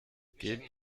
geben